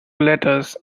letters